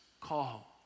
call